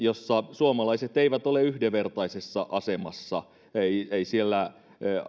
suomalaiset eivät ole yhdenvertaisessa asemassa ei ei siellä